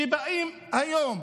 כשבאים היום